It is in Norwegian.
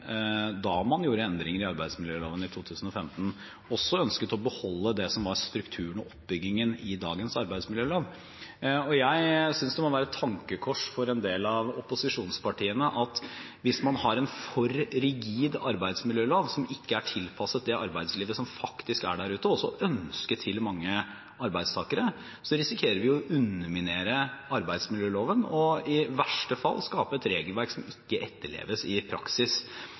da man gjorde endringer i arbeidsmiljøloven i 2015, også ønsket å beholde det som var strukturen og oppbyggingen i dagens arbeidsmiljølov. Jeg synes det må være et tankekors for en del av opposisjonspartiene at hvis man har en for rigid arbeidsmiljølov, som ikke er tilpasset det arbeidslivet som faktisk er der ute – og også ønsket av mange arbeidstakere – risikerer vi å underminere arbeidsmiljøloven og i verste fall skape et regelverk som ikke etterleves i praksis.